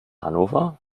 hannover